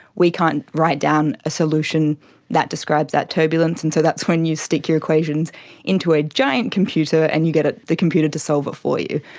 we can't write down a solution that describes that turbulence, and so that's when you stick your equations into a giant computer and you get ah the computer to solve it for you.